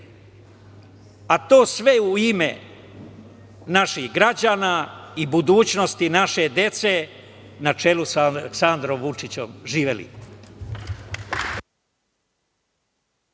a to sve u ime naših građana i budućnosti naše dece na čelu sa Aleksandrom Vučićem. Živeli!